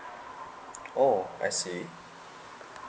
oh I see